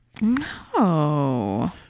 No